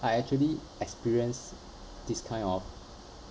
I actually experienced this kind of